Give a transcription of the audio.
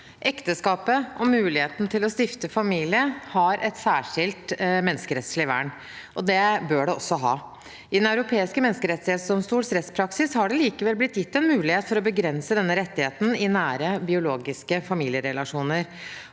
Ekteskapet og mu- ligheten til å stifte familie har et særskilt sterkt menneskerettslig vern. Det bør det også ha. I Den europeiske menneskerettsdomstols rettspraksis har det likevel blitt gitt en mulighet for å begrense denne rettigheten i nære biologiske familierelasjoner.